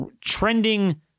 trending